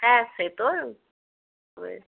হ্যাঁ সে তো ওই